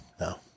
no